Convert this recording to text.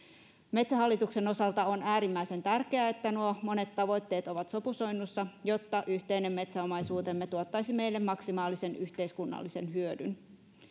metsähallituksen osalta on äärimmäisen tärkeää että nuo monet tavoitteet ovat sopusoinnussa jotta yhteinen metsäomaisuutemme tuottaisi meille maksimaalisen yhteiskunnallisen hyödyn